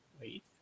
Wait